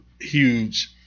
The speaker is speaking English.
huge